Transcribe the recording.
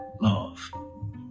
love